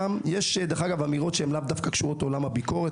יש אמירות שהן לא דווקא קשורות לעולם הביקורת,